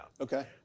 Okay